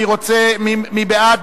מי בעד?